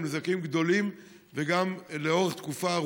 הם נזקים גדולים וגם לאורך תקופה ארוכה.